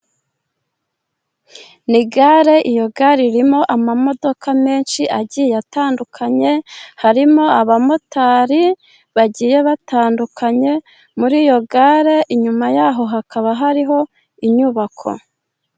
Ni gare, iyo gare irimo amamodoka menshi agiye atandukanye, harimo abamotari bagiye batandukanye, mur'iyo gare inyuma yaho hakaba hariho inyubako.